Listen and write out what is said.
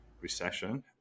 recession